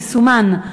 ליישומן.